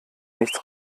nichts